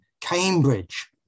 Cambridge